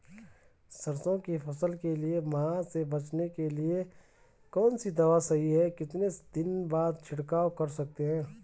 सरसों की फसल के लिए माह से बचने के लिए कौन सी दवा सही है कितने दिन बाद छिड़काव कर सकते हैं?